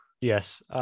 Yes